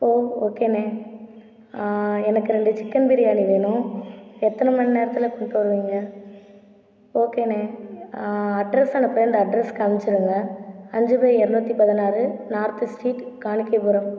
ஓ okay அண்ணே எனக்கு ரெண்டு சிக்கன் பிரியாணி வேணும் எத்தனை மணி நேரத்தில் கொண்டு வருவீங்க ஓகேண்ணே அட்ரஸ் அனுப்புறேன் அந்த அட்ரஸுக்கு அனுப்சுடுங்க அஞ்சு பை இரநூத்தி பதினாறு நார்த்து ஸ்ட்ரீட் காணிக்கைபுரம்